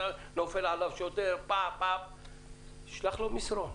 נופל עליו שוטר שלח לו מסרון: